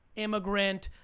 immigrant,